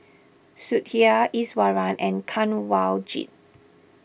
Sudhir Iswaran and Kanwaljit